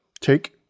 take